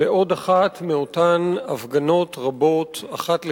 בעוד אחת מאותן הפגנות רבות, אחת לשבוע,